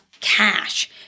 cash